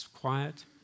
quiet